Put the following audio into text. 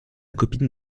copine